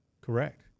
Correct